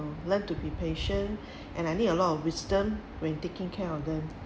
learn to be patient and I need a lot of wisdom when taking care of them